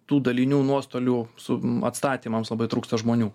tų dalinių nuostolių sum atstatymams labai trūksta žmonių